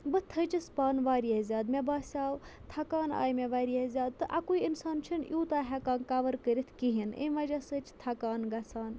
بہٕ تھٔچِس پانہٕ واریاہ زیادٕ مےٚ باسٮ۪و تھکان آیہِ مےٚ واریاہ زیادٕ تہٕ اَکُے اِنسان چھُنہٕ یوٗتاہ ہیٚکان کَوَر کٔرِتھ کِہیٖنٛۍ اَمہِ وَجہ سۭتۍ چھِ تھکان گَژھان